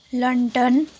London